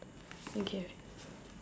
okay